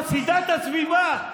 חסידת הסביבה.